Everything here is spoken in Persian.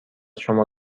شما